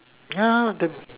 ya the